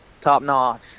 top-notch